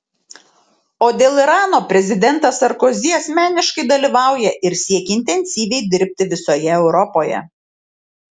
o dėl irano prezidentas sarkozy asmeniškai dalyvauja ir siekia intensyviai dirbti visoje europoje